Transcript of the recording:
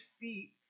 feet